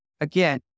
again